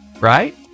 right